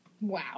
Wow